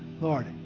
Lord